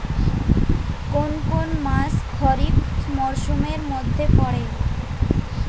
কোন কোন মাস খরিফ মরসুমের মধ্যে পড়ে?